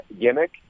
gimmick